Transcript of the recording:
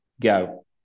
go